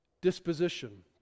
disposition